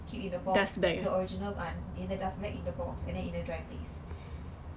keep in a box the original ah in the dust bag the box and then at a dry place